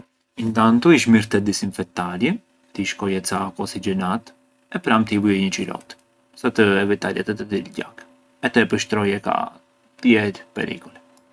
Intantu ish mirë të e disinfitarje, të i shkoje ca acqua ossigenata e pra’ të i vuje një çirotë sa të evitarje të të diljë gjak e të e pështroje ka tjerë pericoli.